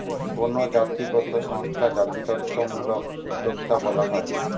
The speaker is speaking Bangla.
কোনো জাতিগত সংস্থা জাতিত্বমূলক উদ্যোক্তা বলা হয়